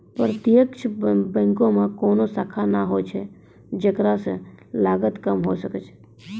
प्रत्यक्ष बैंको मे कोनो शाखा नै होय छै जेकरा से लागत कम होय जाय छै